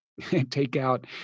takeout